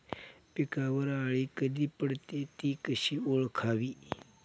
पिकावर अळी कधी पडते, ति कशी ओळखावी?